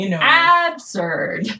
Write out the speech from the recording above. absurd